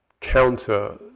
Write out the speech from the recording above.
counter